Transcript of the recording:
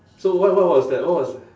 so what what was that what was th~